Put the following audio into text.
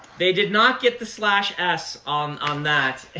they did not get the slash s on on that.